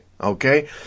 okay